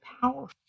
powerful